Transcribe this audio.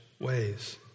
ways